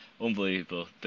Unbelievable